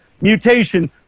mutation